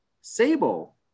Sable